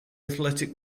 athletic